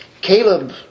Caleb